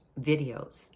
videos